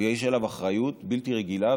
ויש עליו אחריות בלתי רגילה,